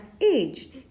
age